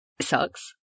sucks